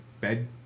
bed